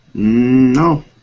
No